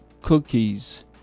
cookies